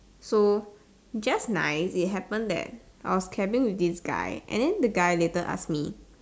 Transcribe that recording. so just nice it happened that I was cabbing with this guy then the guy later ask me